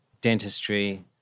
dentistry